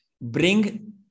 bring